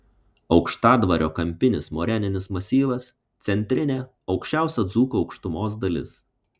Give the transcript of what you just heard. aukštadvario kampinis moreninis masyvas centrinė aukščiausia dzūkų aukštumos dalis